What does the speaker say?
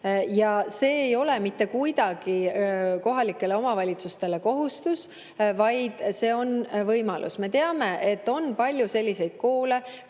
Ja see ei ole mitte kuidagi kohalike omavalitsuste kohustus, vaid see on võimalus. Me teame, et on palju selliseid koole,